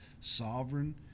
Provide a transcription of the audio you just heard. sovereign